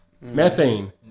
methane